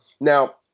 Now